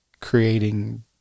creating